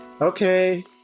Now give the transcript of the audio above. Okay